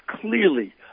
clearly